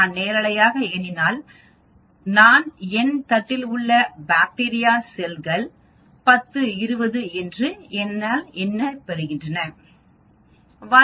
நான் நேரலையாக எண்ணினால் நான் என் தட்டில் உள்ள பாக்டீரியா செல்கள் 10 20 என்று ஒரு எண்ணைப் பெறுகிறேன்